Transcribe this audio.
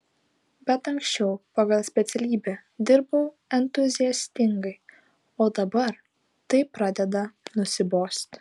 bet anksčiau pagal specialybę dirbau entuziastingai o dabar tai pradeda nusibosti